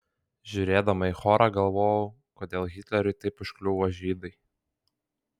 žiūrėdama į chorą galvojau kodėl hitleriui taip užkliuvo žydai